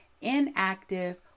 inactive